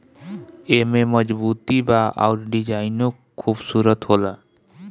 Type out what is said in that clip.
एमे मजबूती बा अउर डिजाइनो खुबसूरत होला